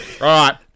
right